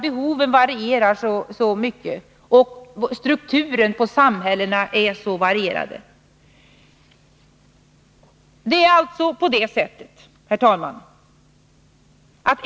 Behoven och strukturen i de olika samhällena är mycket varierande.